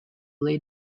lay